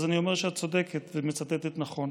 אני אומר שאת צודקת ומצטטת נכון,